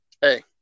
hey